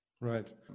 Right